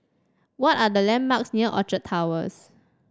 what are the landmarks near Orchard Towers